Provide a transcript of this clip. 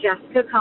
Jessica